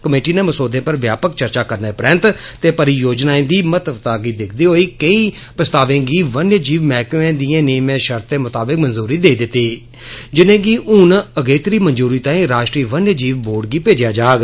committee ने मसौदे पर व्यापक चर्चा करने परैन्त ते परियोजनाएं दी महत्वता गी दिक्खदे होई केंई प्रस्तावें गी वन्य जीव मैहकमे दियें नियमें शर्तें मुताबक मंजूरी देई दिती जिन्हेगी हन अगेतरी मंजूरी तांई राष्ट्री वन्य जीव बोर्ड गी भेजया जाग